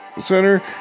Center